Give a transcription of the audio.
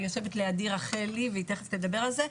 יושבת לידי רחלי והיא תיכף תדבר על זה,